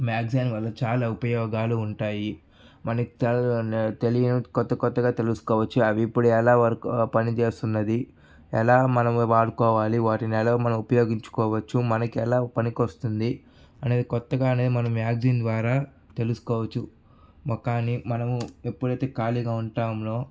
magazine వల్ల చాలా ఉపయోగాలు ఉంటాయి మనకి తెలియనివి కొత్త కొత్తగా తెలుసుకోవచ్చు అవి ఇప్పుడు ఎలా వర్క్ పని చేస్తున్నది ఎలా మనం వాడుకోవాలి వాటిని ఎలా మనం ఉపయోగించుకోవచ్చు మనకి ఎలా పనికి వస్తుంది అనేది కొత్తగానే మనం మ్యాగజైన్ ద్వారా తెలుసుకోవచ్చు కానీ మనం ఎప్పుడు అయితే ఖాళీగా ఉంటామో